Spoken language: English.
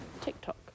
tiktok